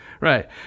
Right